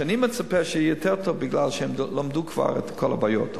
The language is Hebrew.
שאני מצפה שיהיה בה יותר טוב כי הם למדו כבר את כל הבעיות,